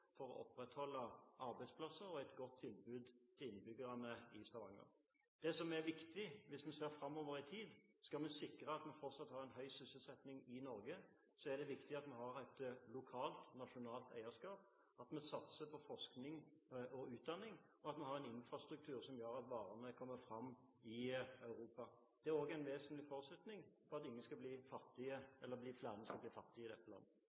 for å opprettholde arbeidsplasser og et godt tilbud til innbyggerne i Stavanger. Det som er viktig hvis vi ser framover i tid for å sikre at vi fortsatt har en høy sysselsetting i Norge, er at vi har et lokalt, nasjonalt eierskap, at vi satser på forskning og utdanning, og at vi har en infrastruktur som gjør at varene kommer fram i Europa. Det er også en vesentlig forutsetning for at flere ikke skal bli fattige i